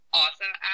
awesome